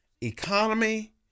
economy